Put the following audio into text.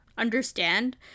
understand